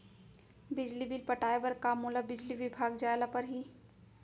बिजली बिल पटाय बर का मोला बिजली विभाग जाय ल परही?